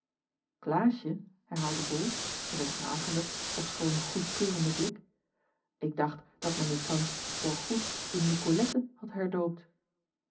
klaasje herhaalde bol met een vragenden ofschoon goedkeurenden blik ik dacht dat men u thans voorgoed in nicolette had herdoopt